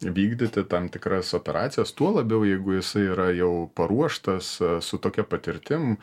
vykdyti tam tikras operacijas tuo labiau jeigu jisai yra jau paruoštas su tokia patirtim